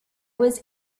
was